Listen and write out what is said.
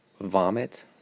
vomit